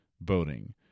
boating